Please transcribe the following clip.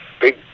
big